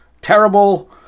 Terrible